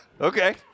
okay